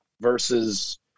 versus